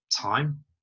time